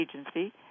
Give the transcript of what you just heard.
Agency